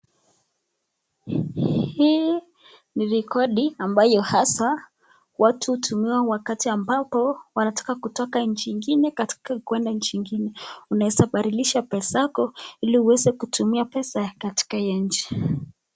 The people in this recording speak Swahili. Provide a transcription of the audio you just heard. Hii ni recodi ambayo hasa watu utumiwa wakati ambapo wanataka kutoka nchi ingine na kuenda katika nchi ingine. unaweza badilisha pesa yako iliuweze kutumia hiyo pesa katika hiyo nchi.